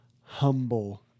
humble